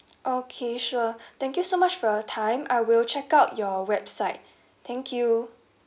okay sure thank you so much for your time I will check out your website thank you